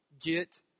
get